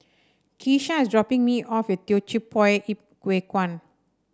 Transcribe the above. Keesha is dropping me off at Teochew Poit Ip Huay Kuan